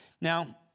Now